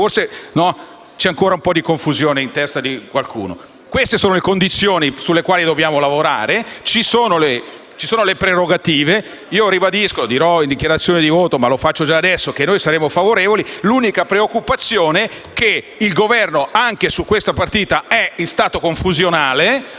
forse c'è ancora un po' di confusione nella testa di qualcuno. Queste sono le condizioni sulle quali dobbiamo lavorare e le prerogative ci sono. Ribadisco, come dirò in dichiarazione di voto, che noi siamo favorevoli: l'unica preoccupazione è che il Governo anche su questa partita sia in stato confusionale.